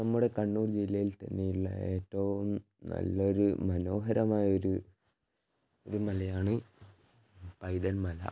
നമ്മുടെ കണ്ണൂർ ജില്ലയിൽ തന്നെ ഇള്ള ഏറ്റവും നല്ലൊരു മനോഹരമായൊരു ഒര് മലയാണ് പൈതൽ മല